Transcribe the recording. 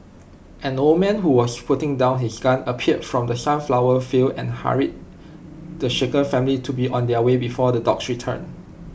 an old man who was putting down his gun appeared from the sunflower fields and hurried the shaken family to be on their way before the dogs return